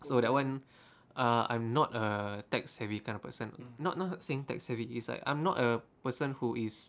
so that [one] err I'm not a tech savvy kind of person not not saying tech savvy it's like I'm not a person who is